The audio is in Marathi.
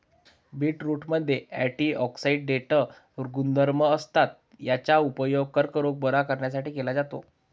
बीटरूटमध्ये अँटिऑक्सिडेंट गुणधर्म असतात, याचा उपयोग कर्करोग बरा करण्यासाठी केला जातो